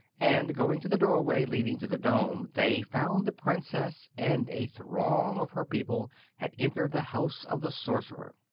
and going to the doorway leading to the dome they found the princess and a throng of her people had entered the house of the sorcerer.